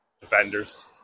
Defender's